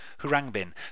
Hurangbin